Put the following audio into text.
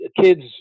kids